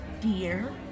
dear